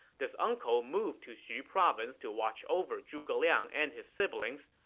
this uncle moved to xu province to watch over zhuge liang and his siblings.